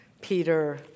Peter